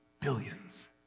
billions